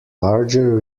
larger